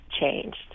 changed